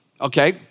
Okay